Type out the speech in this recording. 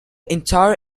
entire